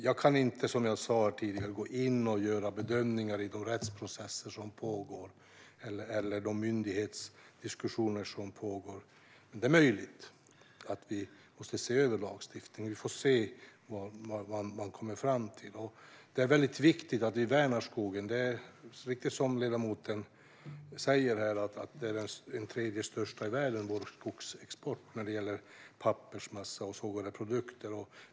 Jag kan inte, som jag sa här tidigare, gå in och göra bedömningar i de rättsprocesser som pågår eller gå in i de myndighetsdiskussioner som pågår. Det är möjligt att vi måste se över lagstiftningen. Vi får se vad man kommer fram till. Det är väldigt viktigt att vi värnar skogen. Det är riktigt som ledamoten här säger att vår skogsexport är den tredje största i världen när det gäller pappersmassa och sågade produkter.